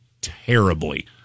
terribly